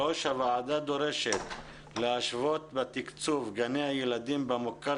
הוועדה דורשת להשוות בתקצוב גני ילדים במוכר